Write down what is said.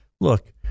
look